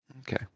Okay